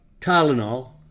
Tylenol